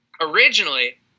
originally